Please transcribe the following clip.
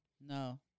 No